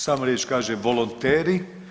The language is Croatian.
Sama riječ kaže „volonteri“